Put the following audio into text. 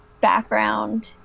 background